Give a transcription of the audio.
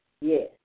Yes